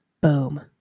Boom